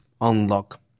unlock